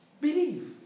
believe